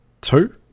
two